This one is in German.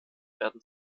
werden